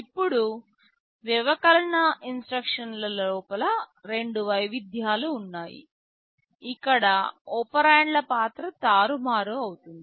ఇప్పుడు వ్యవకలన ఇన్స్ట్రక్షన్ లలోలలో రెండు వైవిధ్యాలు ఉన్నాయి ఇక్కడ ఒపెరాండ్ల పాత్ర తారుమారు అవుతుంది